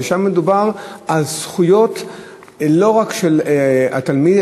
שבה מדובר על זכויות לא רק של התלמיד,